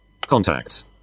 Contacts